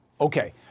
Okay